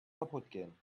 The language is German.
kaputtgehen